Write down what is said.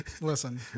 listen